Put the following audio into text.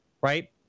Right